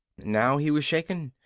now he was shaken,